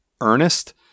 Ernest